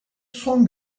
son